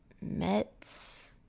Mets